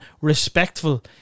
respectful